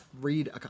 read